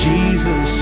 Jesus